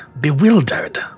bewildered